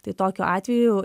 tai tokiu atveju